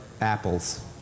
apples